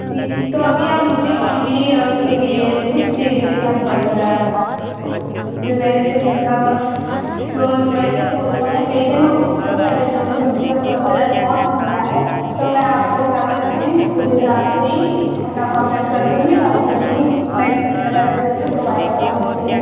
जी तो अभी आप मुझे ऑनली या उसके लिए कुछ दे दीजिए सैम्पल वगैरह जो मेरे को मतलब जो वैसे वो हैं पेशेन्ट मैं उसको पहले दूँगी उनके वो जो उनसे रेस्पॉन्स मिलता है तो मैं आपको क्या करते हैं पूरी तरह आपसे ही अपना कॉन्ट्रैक्ट कर लूँगी तब मुझे अपनी मेडिसिन वगैरह जो भी हो प्रोवाइड करवा दीजिएगा